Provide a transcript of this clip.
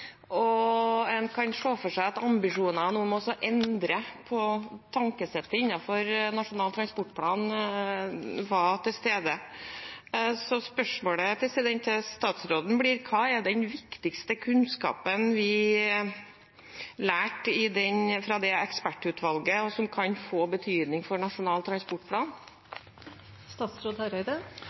høring. En kan se for seg at ambisjonene om å endre på tankesettet innenfor Nasjonal transportplan var til stede. Så spørsmålet til statsråden blir: Hva er den viktigste kunnskapen vi lærte fra det ekspertutvalget, som kan få betydning for Nasjonal transportplan?